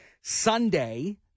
Sunday